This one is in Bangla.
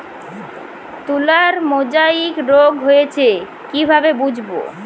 তুলার মোজাইক রোগ হয়েছে কিভাবে বুঝবো?